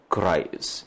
Christ